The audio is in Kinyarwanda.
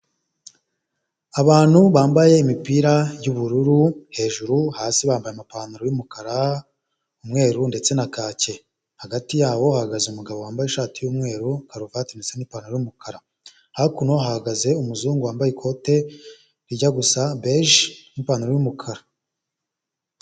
abantu bambaye imipira y'ubururu hejuru hasi bambaye amapantaro y'umukara umweru ndetse na kake, hagati yabo hahagaze umugabo wambaye ishati y'umweru karuvati bisa n'ipantaro y'umukara, hakuno hahagaze umuzungu wambaye ikote rijya gusa beje n'ipantaro y'umukara.